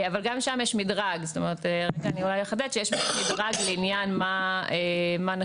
גם שם יש מדרג לעניין מה נחשב